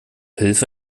hilfe